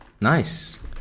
nice